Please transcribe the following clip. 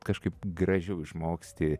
kažkaip gražiau išmoksti